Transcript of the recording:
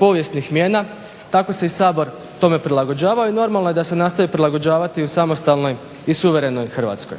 povijesnih mijena. Tako se i Sabor tome prilagođavao i normalno je da se nastavi prilagođavati u samostalnoj i suverenoj Hrvatskoj.